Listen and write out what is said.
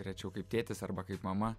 rečiau kaip tėtis arba kaip mama